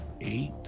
eight